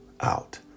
out